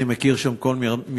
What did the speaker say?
אני מכיר שם כל מרצפת,